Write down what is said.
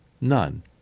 None